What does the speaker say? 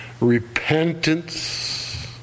repentance